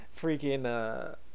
freaking